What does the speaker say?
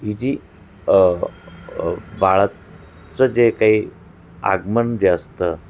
ही जी बाळाचं जे काही आगमन जे